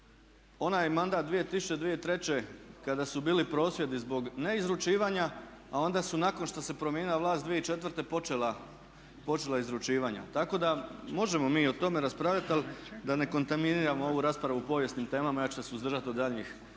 onaj mandat 2000.-2003. kada su bili prosvjedi zbog neizručivanja, a onda su nakon što se promijenila vlast 2004. počela izručivanja. Tako da možemo mi i o tome raspravljati ali da ne kontaminiramo ovu raspravu povijesnim temama ja ću se suzdržati od daljnjih